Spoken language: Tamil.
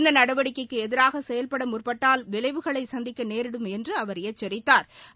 இந்த நடவடிக்கைக்கு எதிராக செயல்பட முற்பட்டால் விளைவுகளை சந்திக்க நேரிடும் என்று அவர் எச்சரித்தாா்